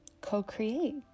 co-create